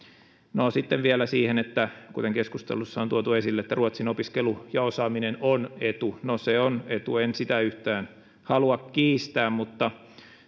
no sitten vielä siihen että kuten keskustelussa on tuotu esille ruotsin opiskelu ja osaaminen ovat etu no ne ovat etu en sitä yhtään halua kiistää mutta